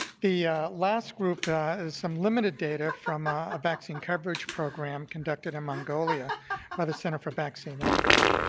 the last group is some limited data from a vaccine coverage program conducted in mongolia by the center for vaccine equity.